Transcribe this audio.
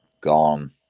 gone